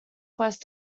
west